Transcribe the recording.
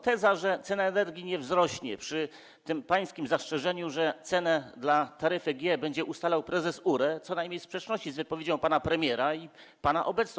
Teza, że cena energii nie wzrośnie przy tym pańskim zastrzeżeniu, że cenę dla taryfy G będzie ustalał prezes URE, pozostaje co najmniej w sprzeczności z wypowiedzią pana premiera i pana obecną.